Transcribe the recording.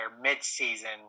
mid-season